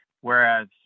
whereas